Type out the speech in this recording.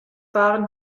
waren